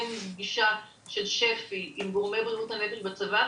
פגישה של שפ"י עם גורמי בריאות הנפש בצבא,